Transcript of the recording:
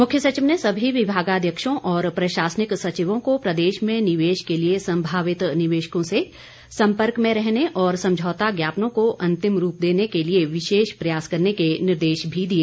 मुख्य सचिव ने सभी विभागाध्यक्षों और प्रशासनिक सचिवों को प्रदेश में निवेश के लिए संभावित निवेशकों से सम्पर्क में रहने और समझौता ज्ञापनों को अंतिम रूप देने के लिए विशेष प्रयास करने के निर्देश भी दिए